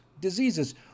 diseases